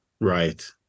Right